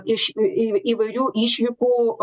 iš į į įvairių išvykų